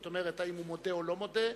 כלומר אם הוא מודה או לא מודה,